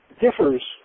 differs